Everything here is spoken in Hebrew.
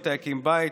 שאיתה הקים בית,